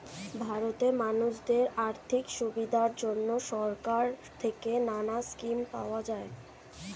ভারতে মানুষদের আর্থিক সুবিধার জন্যে সরকার থেকে নানা স্কিম পাওয়া যায়